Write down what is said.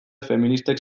feministek